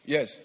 Yes